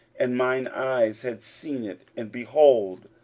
and mine eyes had seen it and, behold,